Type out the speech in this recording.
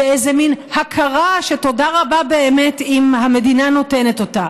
איזה מין הכרה שתודה רבה באמת אם המדינה נותנת אותה.